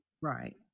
right